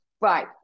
right